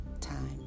time